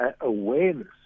awareness